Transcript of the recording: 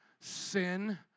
Sin